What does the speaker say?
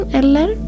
eller